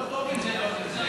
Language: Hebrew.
לא, זה לא טוב אם זה לא צבוע.